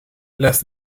las